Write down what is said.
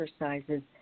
exercises